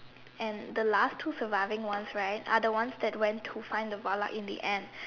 and the last two surviving ones right are the ones that went to find the Valak in the end